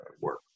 work